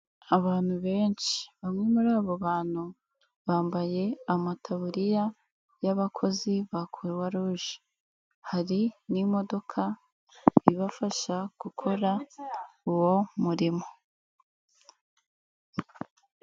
Abantu benshi bamwe muri abo bantu bambaye amataburiya y'abakozi ba Croix Rouge hari n'imodoka ibafasha gukora uwo murimo.